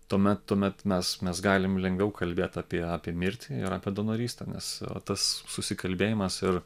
tuomet tuomet mes mes galim lengviau kalbėt apie apie mirtį ir apie donorystę nes tas susikalbėjimas ir